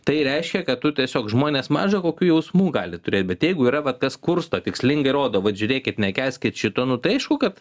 tai reiškia kad tu tiesiog žmonės maža kokių jausmų gali turėt bet jeigu yra vat kas kursto tikslingai rodo vat žiūrėkit nekęskit šito nu tai aišku kad